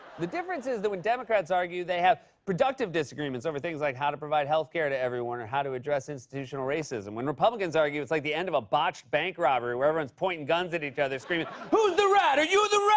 the difference is that when democrats argue, they have productive disagreements over things like how to provide healthcare to everyone or how to address institutional racism. when republicans argue, it's like the end of a botched bank robbery where everyone is pointing guns at each other, screaming, who's the ride? are you the ride?